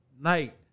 night